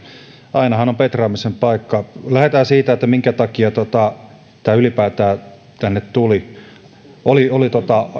ainahan on petraamisen paikkaa lähdetään siitä minkä takia tämä ylipäätään tänne tuli hallituksella oli